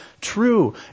true